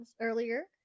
earlier